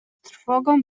trwogą